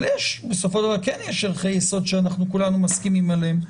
אבל בסופו של דבר יש ערכי יסוד שכולנו מסכימים עליהם,